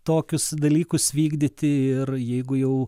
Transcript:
tokius dalykus vykdyti ir jeigu jau